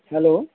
hello